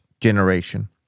generation